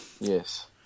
Yes